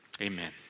Amen